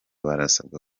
barasabwa